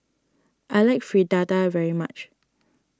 I like Fritada very much